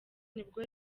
nibwo